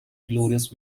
glorious